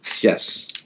Yes